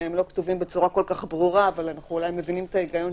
שהם לא כתובים בצורה כל כך ברורה אבל אנחנו אולי מבינים את ההיגיון,